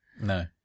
No